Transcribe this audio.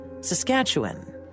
Saskatchewan